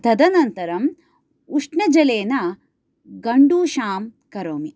तदनन्तरम् उष्णजलेन गण्डूशां करोमि